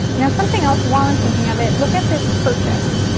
now, something else while i'm thinking of it, look at this purchased.